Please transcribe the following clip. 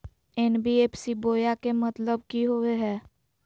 NBFC बोया के मतलब कि होवे हय?